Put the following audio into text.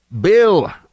Bill